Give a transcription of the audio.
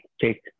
take